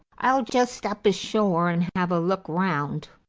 i'll just step ashore and have a look round,